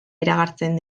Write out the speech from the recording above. iragartzen